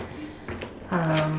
um